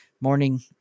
morning